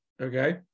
Okay